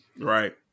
right